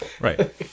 Right